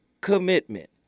commitment